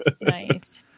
nice